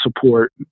support